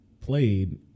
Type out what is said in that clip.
played